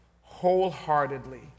wholeheartedly